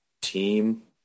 team